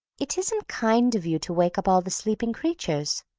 it isn't kind of you to wake up all the sleeping creatures,